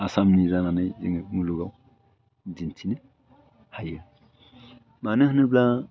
आसामनि जानानै जोङो मुलुगाव दिन्थिनो हायो मानो होनोब्ला